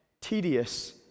tedious